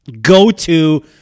go-to